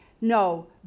No